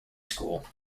school